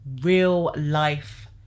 real-life